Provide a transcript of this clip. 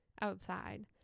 outside